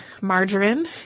margarine